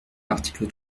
l’article